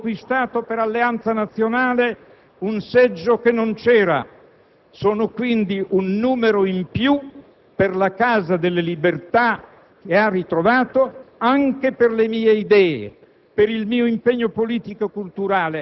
Nel Veneto, io ho conquistato per Alleanza Nazionale un seggio che non c'era. Sono, quindi, un numero in più per la Casa delle libertà che ha ritrovato, anche per le mie idee